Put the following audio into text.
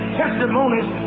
testimonies